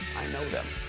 i know them.